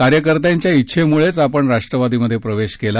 कार्यकर्त्यांच्या उछेमुळेच आपण राष्ट्रवादीत प्रवेश केला